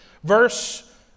Verse